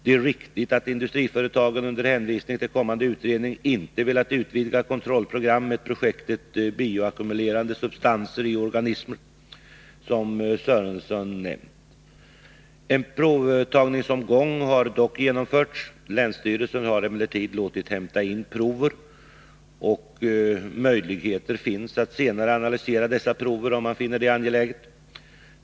Det är riktigt att industriföretagen under hänvisning till kommande utredning inte velat utvidga kontrollprogrammen med projektet Bioackumulerande substanser i organismer, som Lars-Ingvar Sörenson nämnt. En provtagningsomgång har dock genomförts. Länsstyrelsen har emellertid låtit hämta in prover, och möjligheter finns att senare analysera dessa prover, om man finner det angeläget.